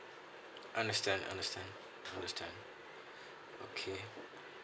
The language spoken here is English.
understand understand understand okay